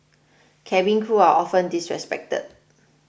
cabin crew are often disrespected